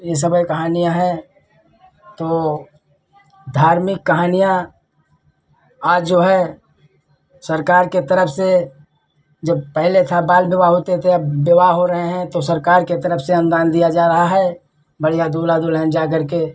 यह सब कहानियाँ हैं तो धार्मिक कहानियाँ आज जो हैं सरकार की तरफ़ से जब पहले था बाल विवाह होते थे अब विवाह हो रहे हैं तो सरकार की तरफ़ से अनुदान दिया जा रहा है बढ़ियाँ दूल्हा दुल्हन जा करके